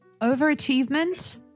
Overachievement